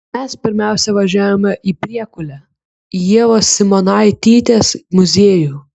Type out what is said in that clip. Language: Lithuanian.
mes pirmiausia važiavome į priekulę į ievos simonaitytės muziejų